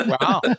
Wow